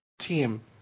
Team